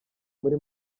muri